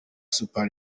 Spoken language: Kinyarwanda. super